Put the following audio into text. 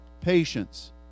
patience